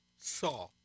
saw